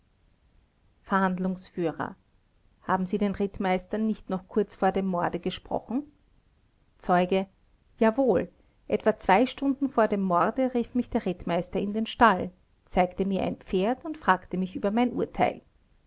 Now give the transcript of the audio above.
verhandlungsführer haben sie den rittmeister nicht noch kurz vor dem morde gesprochen zeuge jawohl etwa zwei stunden vor dem morde rief mich der rittmeister in den stall zeigte mir ein pferd und fragte mich über mein urteil